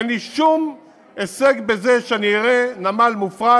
אין לי שום הישג בזה שאני אראה נמל מופרט